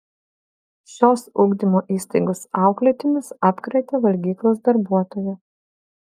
šios ugdymo įstaigos auklėtinius apkrėtė valgyklos darbuotoja